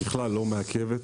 ככלל לא מעכבת.